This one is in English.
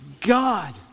God